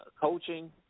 coaching